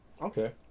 Okay